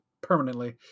permanently